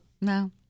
no